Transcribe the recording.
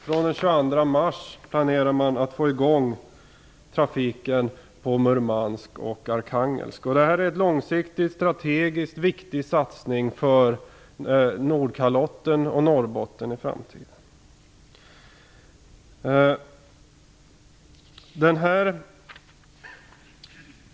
Från den 22 mars planerar man att få i gång trafiken på Murmansk och Arkhangelsk. Detta är en långsiktigt strategiskt viktig satsning för Nordkalotten och Norrbotten i framtiden.